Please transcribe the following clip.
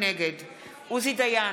נגד עוזי דיין,